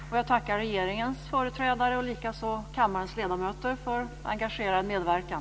Tiden för frågestunden är därmed slut. Jag tackar regeringens företrädare och likaså kammarens ledamöter för engagerad medverkan.